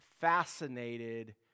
fascinated